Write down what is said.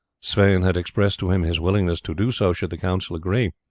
sweyn had expressed to him his willingness to do so should the council agree.